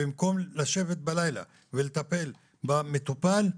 במקום לשבת בלילה ולטפל במטופל,